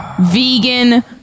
vegan